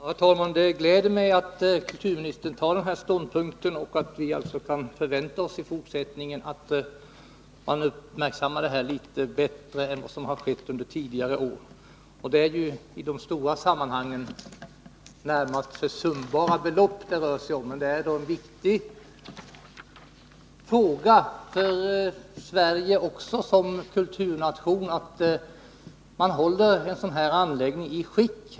Herr talman! Det gläder mig att kulturministern intar den här ståndpunkten och att vi alltså i fortsättningen kan förvänta oss att man uppmärksammar det här bättre än vad som har skett under tidigare år. Det är i de stora sammanhangen närmast försumbara belopp det rör sig om, men det är viktigt för Sverige som kulturnation att man håller en sådan här anläggning i skick.